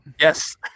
Yes